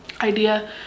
idea